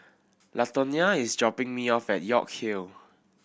Latonya is dropping me off at York Hill